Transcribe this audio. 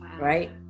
right